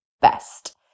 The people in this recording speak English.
best